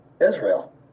Israel